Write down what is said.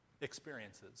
experiences